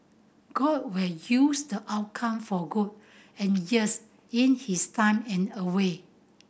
god will use the outcome for good and yes in his time and away